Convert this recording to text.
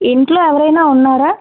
ఇంట్లో ఎవరైనా ఉన్నారా